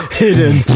hidden